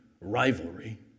rivalry